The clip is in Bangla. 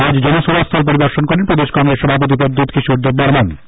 আজ জনসভাস্থল পরিদর্শন করেন প্রদেশ কংগ্রেস সভাপতি প্রদ্যুত কিশোর দেববর্মন